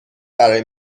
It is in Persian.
برای